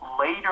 later